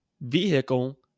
vehicle